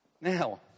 Now